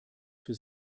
für